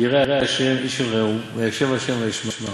יראי ה' איש אל רעהו וישב ה' וישמע'.